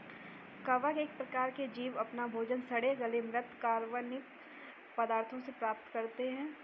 कवक एक प्रकार के जीव अपना भोजन सड़े गले म्रृत कार्बनिक पदार्थों से प्राप्त करते हैं